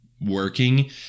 working